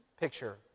picture